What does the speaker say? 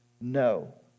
No